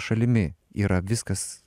šalimi yra viskas